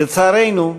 לצערנו,